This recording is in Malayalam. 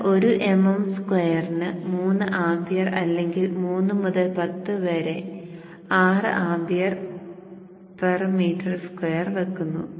നിങ്ങൾ ഒരു mm സ്ക്വയറിന് 3 ആംപിയർ അല്ലെങ്കിൽ 3 മുതൽ 10 വരെ 6 ആംപിയർ പെർമീറ്റർ സ്ക്വയർ വക്കുന്നു